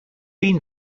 been